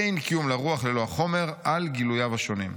אין קיום לרוח ללא החומר על גילוייו השונים.